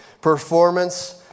performance